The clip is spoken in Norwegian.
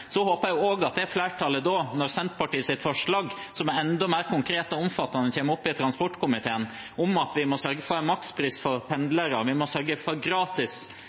Så håper jeg også at når Senterpartiets forslag, som er enda mer konkret og omfattende – om at vi må sørge for en makspris for pendlere, vi må sørge for gratis ferje til øysamfunnene som ikke har fastlandsforbindelse, og en del andre plasser, vi må også konkret sørge for